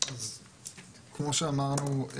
אז כמו שאמרנו,